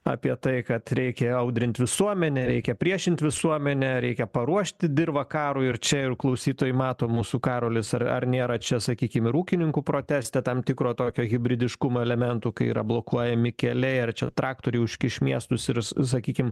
apie tai kad reikia audrint visuomenę reikia priešint visuomenę reikia paruošti dirvą karui ir čia ir klausytojai mato mūsų karolis ar ar nėra čia sakykim ir ūkininkų proteste tam tikro tokio hibridiškumo elementų kai yra blokuojami keliai ar čia traktoriai užkiš miestus irs sakykim